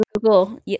Google